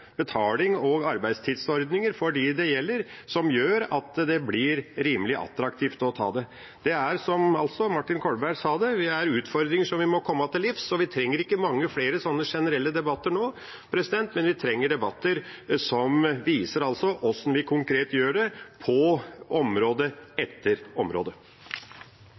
betaling og arbeidstidsordninger for dem det gjelder, som gjør at det blir rimelig attraktivt å ta det. Det er, som Martin Kolberg sa, utfordringer som vi må komme til livs, og vi trenger ikke mange flere slike generelle debatter nå. Vi trenger debatter som viser hvordan vi konkret gjør det på område etter område.